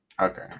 okay